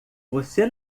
você